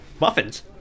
Muffins